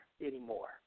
anymore